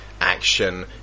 action